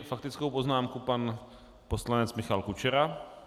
S faktickou poznámkou pan poslanec Michal Kučera.